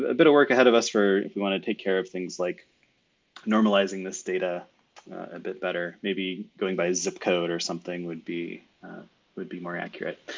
ah bit of work ahead of us for. if you want to take care of things like normalizing this data a bit better, maybe going by zip code or something would be would be more accurate.